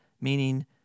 meaning